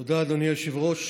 תודה, אדוני היושב-ראש.